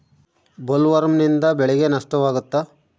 ಬೊಲ್ವರ್ಮ್ನಿಂದ ಬೆಳೆಗೆ ನಷ್ಟವಾಗುತ್ತ?